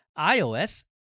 iOS